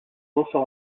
also